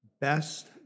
best